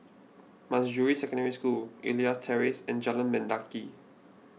Manjusri Secondary School Elias Terrace and Jalan Mendaki